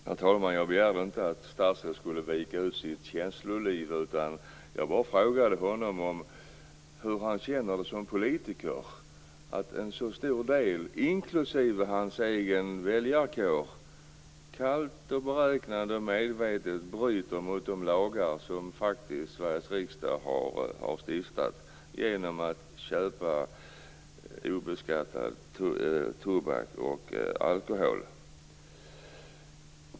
Herr talman! Jag begärde inte att statsrådet skulle vika ut sitt känsloliv, utan jag bara frågade hur han känner det som politiker att en så stor del människor, inklusive de i hans egen väljarkår, kallt, beräknande och medvetet bryter mot de lagar som Sveriges riksdag faktiskt har stiftat genom att köpa obeskattad tobak och alkohol.